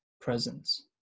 presence